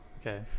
okay